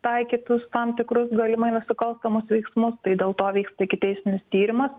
taikytus tam tikrus galimai nusikalstamus veiksmus tai dėl to vyksta ikiteisminis tyrimas